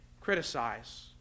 criticize